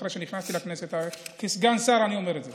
ואחרי שנכנסתי לכנסת, כסגן שר אני אומר את זה,